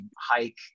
hike